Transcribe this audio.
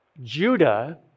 Judah